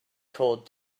called